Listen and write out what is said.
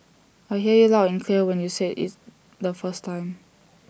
I heard you loud and clear when you said IT the first time